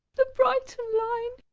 the brighton line.